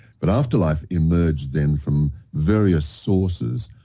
but, afterlife emerged then from various sources.